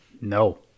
No